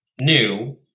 new